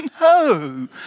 No